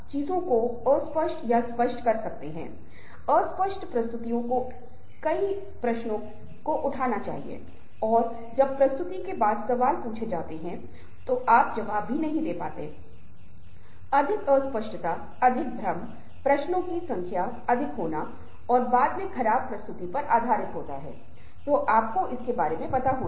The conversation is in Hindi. इसलिए लेकिन बहुत तथ्य यह है कि चेहरे महत्वपूर्ण भूमिका निभाते हैं जिस क्षण कोई व्यक्ति आपके सामने आता है और आप उसका चेहरे को देखते हैं उसका चेहरा कमजोर दिख सकता है ईमानदार दिख सकता है उत्साहजनक दिख सकता है या फिर दोस्ताना दिख सकता है हर तरह की जानकारी चेहरे से आती है